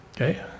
okay